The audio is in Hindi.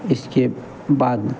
इसके बाद